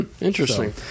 Interesting